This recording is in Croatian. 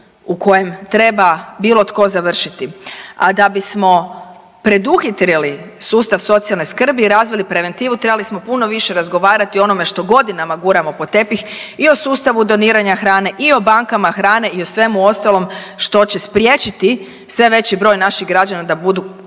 u kojem treba bilo tko završiti, a da bismo preduhitrili sustav socijalne skrbi i razvili preventivu trebali smo puno više razgovarati o onome što godinama guramo pod tepih i o sustavu doniranja hrane i o bankama hrane i o svemu ostalom što će spriječiti sve veći broj naših građana da budu